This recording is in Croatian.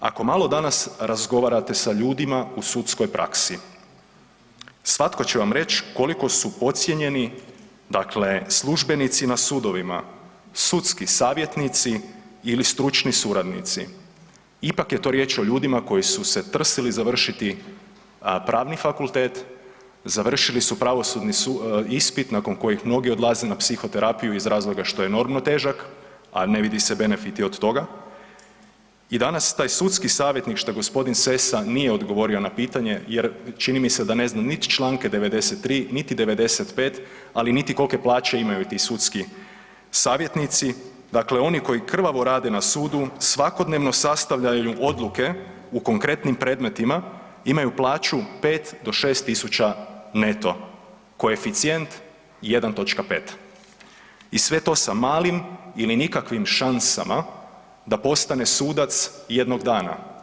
Ako malo danas razgovarate sa ljudima u sudskoj praksi svatko će vam reći koliko su podcijenjeni dakle službenici na sudovima, sudski savjetnici ili stručni suradnici ipak je to riječ o ljudima koji su se trsili završiti Pravni fakultet, završili su pravosudni ispit nakon kojih mnogi odlaze na psihoterapiju iz razloga što je enormno težak, a ne vidi se benefiti od toga i danas taj sudski savjetnik šta gospodin Sessa nije odgovorio na pitanje jer čini mi se da ne zna niti Članke 93., niti 95., ali niti kolike plaće imaju ti sudski savjetnici, dakle oni koji krvavo rade na sudu, svakodnevno sastavljaju odluke u konkretnim predmetima imaju plaću 5 do 6.000 neto, koeficijent 1,5 i sve to sa malim ili nikakvim šansama da postane sudac jednog dana.